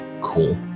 Cool